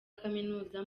kaminuza